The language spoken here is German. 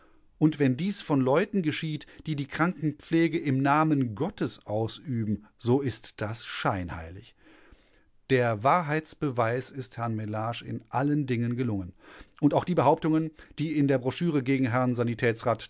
und wenn dies von leuten geschieht die die krankenpflege im namen gottes ausüben so ist das scheinheilig der wahrheitsbeweis ist herrn mellage in allen dingen gelungen und auch die behauptungen die in der broschüre gegen herrn